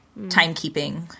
Timekeeping